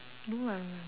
no ah